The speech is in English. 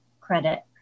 credit